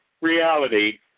reality